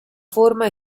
forma